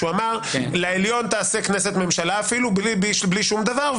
שאמר לעליון תעשה כנסת ממשלה אפילו בלי שום דבר,